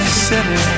city